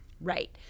Right